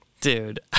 Dude